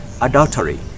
adultery